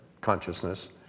consciousness